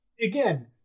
again